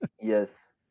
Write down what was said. Yes